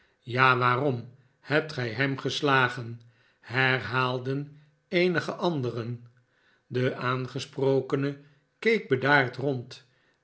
ja waarom hebt gij hem geslagen herhaalden eenige anderen de aangesprokene keek bedaard rond